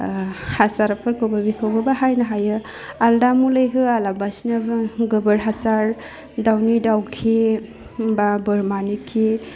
ओह हासारफोरखौबो बिखौबो बाहायनो हायो आलदा मुलि होआलाबासिनो गोबोर हासार दावनि दावखि बा बोरमानि खि